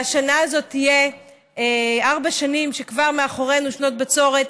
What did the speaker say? והשנה הזאת תהיה כשכבר מאחורינו ארבע שנים של בצורת.